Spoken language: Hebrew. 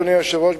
אדוני היושב-ראש,